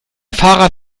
fahrrad